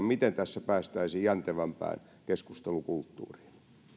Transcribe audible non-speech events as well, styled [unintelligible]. [unintelligible] miten tässä päästäisiin jäntevämpään keskustelukulttuuriin